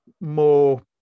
more